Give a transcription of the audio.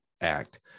act